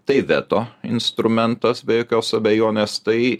tai veto instrumentas be jokios abejonės tai